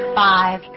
five